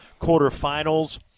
quarterfinals